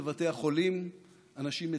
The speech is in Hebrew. בבתי החולים אנשים מתים.